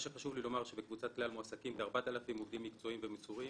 בקבוצת כלל מועסקים כ-4,000 עובדים מקצועיים ומסורים.